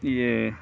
ಹೀಗೆ